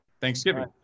thanksgiving